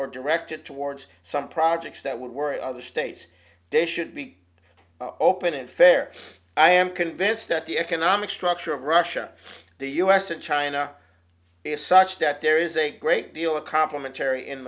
or directed towards some projects that would worry other states they should be open and fair i am convinced that the economic structure of russia the u s and china is such that there is a great deal of compliment terry in